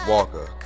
Walker